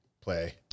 play